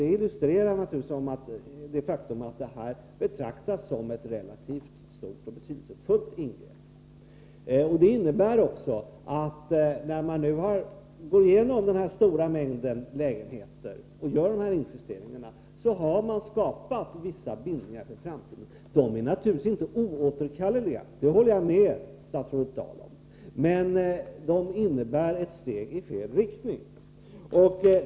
Det illustrerar det faktum att detta betraktas som ett relativt stort och betydelsefullt ingrepp. Det innebär också att man, när man nu går igenom denna stora mängd lägenheter och gör de här injusteringarna, också har skapat vissa bindningar för framtiden. De är naturligtvis inte oåterkalleliga — det håller jag med statsrådet Dahl om. Det innebär emellertid ett steg i fel riktning.